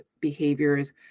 behaviors